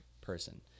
person